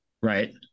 right